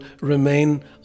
remain